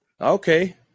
Okay